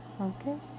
Okay